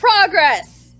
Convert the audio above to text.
Progress